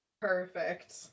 perfect